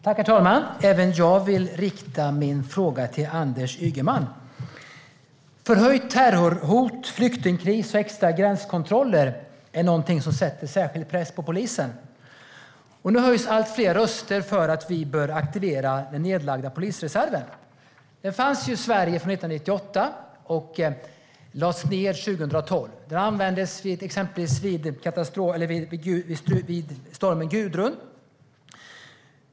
Herr talman! Även jag vill rikta min fråga till Anders Ygeman. Förhöjt terrorhot, flyktingkris och extra gränskontroller är någonting som sätter särskild press på polisen. Nu höjs allt fler röster för att vi bör aktivera den nedlagda polisreserven. Den fanns i Sverige från 1998 och lades ned 2012. Den användes exempelvis vid stormen Gudrun.